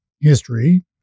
history